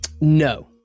No